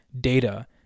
data